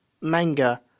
manga